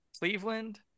Cleveland